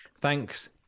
Thanks